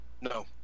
No